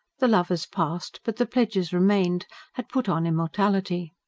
the lovers passed, but the pledges remained had put on immortality.